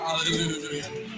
Hallelujah